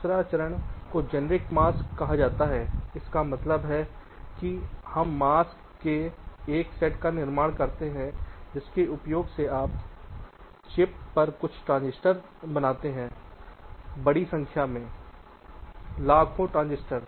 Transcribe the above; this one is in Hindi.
पहले चरण को जेनेरिक मास्क कहा जाता है इसका मतलब है कि हम मास्क के एक सेट का निर्माण करते हैं जिसके उपयोग से आप चिप पर कुछ ट्रांजिस्टर बनाते हैं बड़ी संख्या में लाखों ट्रांजिस्टर